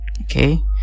Okay